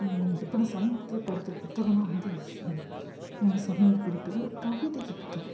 இப்போ நான் சமீபத்தில் படித்த புத்தகம்னா வந்து சமையல் குறிப்புகள் கவிதைகள் புத்தகம்